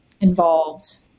involved